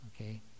okay